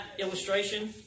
illustration